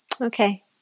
Okay